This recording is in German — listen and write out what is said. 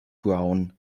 brown